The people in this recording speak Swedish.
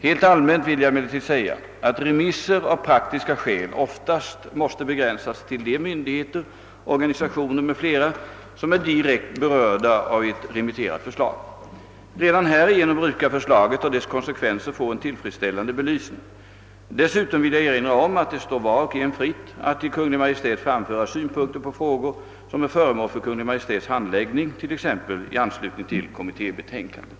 Helt allmänt vill jag emellertid säga att remisser av praktiska skäl oftast måste begränsas till de myndigheter, organisationer m.fl. som är direkt berörda av ett remitterat förslag. Redan härigenom brukar förslaget och dess konsekvenser få en tillfredsställande belysning. Dessutom vill jag erinra om att det står var och en fritt att till Kungl. Maj:t framföra synpunkter på frågor som är föremål för Kungl. Maj:ts handläggning, t.ex. i anslutning till kommittébetänkanden.